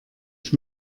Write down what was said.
ich